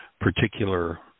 particular